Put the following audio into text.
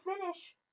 finish